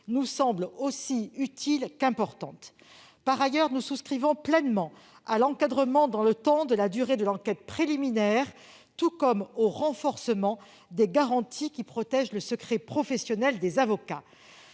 nous semblent aussi utiles qu'importantes. Par ailleurs, nous souscrivons pleinement à l'encadrement dans le temps de la durée de l'enquête préliminaire, tout comme au renforcement des garanties qui protègent le secret professionnel des avocats.